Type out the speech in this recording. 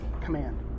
command